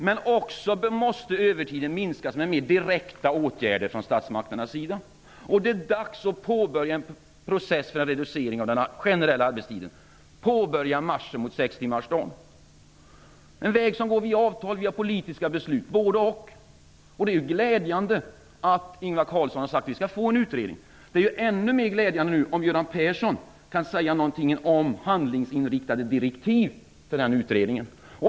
Men övertiden måste också minskas med mer direkta åtgärder från statsmakternas sida. Det är dags att påbörja en process för en reducering av den generella arbetstiden. Det är dags att påbörja marschen mot sextimmarsdagen. Det är en väg som går både via avtal och politiska beslut. Det är glädjande att Ingvar Carlsson har sagt att vi skall få en utredning. Det vore ännu mer glädjande om Göran Persson kunde säga någonting om handlingsinriktade direktiv för den utredningen.